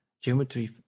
geometry